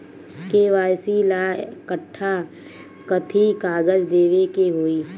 KYC ला कट्ठा कथी कागज देवे के होई?